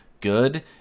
good